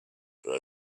but